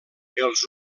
els